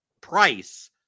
price